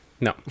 No